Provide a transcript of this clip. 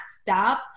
stop